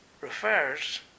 refers